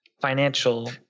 financial